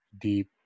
deep